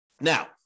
Now